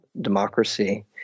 democracy